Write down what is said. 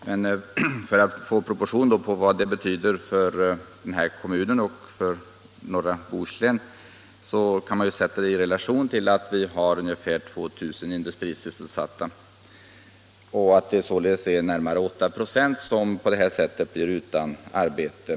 Men för att få den rätta proportionen på vad det betyder för kommunen och för norra Bohuslän skall man sätta det i relation till att vi har ungefär 2 000 industrisysselsatta i området och att det således är närmare 8 96 som på det här sättet blir utan arbete.